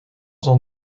zal